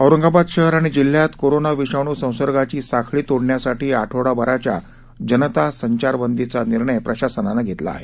औरंगाबाद शहर आणि जिल्ह्यात कोरोना विषाणू संसर्गाची साखळी तोडण्यासाठी आठवडाभराच्या जनता संचारबंदीचा निर्णय प्रशासनानं घेतला आहे